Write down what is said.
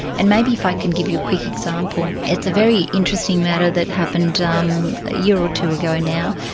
and maybe if i can give you a quick example. it's a very interesting matter that happened um a year or two ago and now,